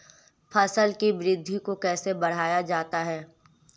फसल की वृद्धि को कैसे बढ़ाया जाता हैं?